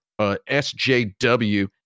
SJW